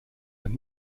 ein